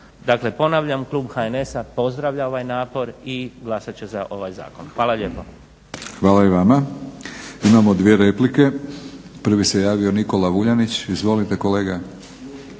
Dakle ponavljam klub HNS-a pozdravlja ovaj napor i glasat će za ovaj zakon. Hvala lijepo. **Batinić, Milorad (HNS)** Hvala i vama. Imamo dvije replike. Prvi se javio Nikola Vuljanić. Izvolite kolega.